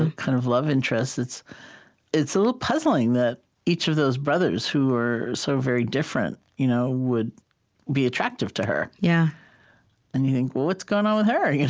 and kind of love interest it's a a little puzzling that each of those brothers, who are so very different, you know would be attractive to her. yeah and you think, well, what's going on with her?